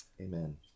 amen